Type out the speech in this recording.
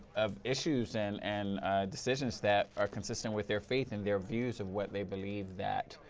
of issues, and and decisions that are consistent with their faith and their views of what they believe that